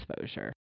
exposure